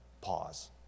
Pause